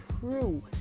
true